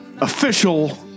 official